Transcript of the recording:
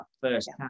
first